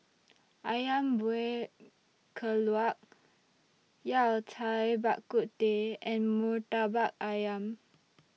Ayam Buah Keluak Yao Cai Bak Kut Teh and Murtabak Ayam